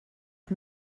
ond